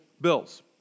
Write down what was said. bills